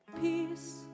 Peace